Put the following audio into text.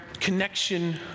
connection